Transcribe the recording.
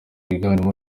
biganjemo